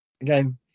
again